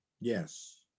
Yes